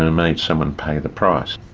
and made someone pay the price.